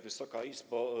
Wysoka Izbo!